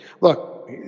look